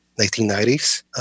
1990s